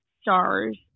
stars